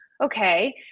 Okay